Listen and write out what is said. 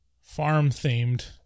farm-themed